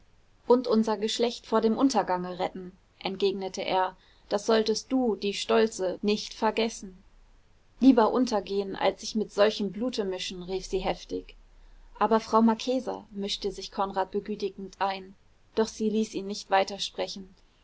und unser geschlecht vor dem untergange retten entgegnete er das solltest du die stolze nicht vergessen lieber untergehen als sich mit solchem blute mischen rief sie heftig aber frau marchesa mischte sich konrad begütigend ein doch sie ließ ihn nicht